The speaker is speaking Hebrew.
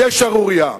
זו שערורייה.